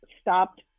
stopped